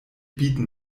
bieten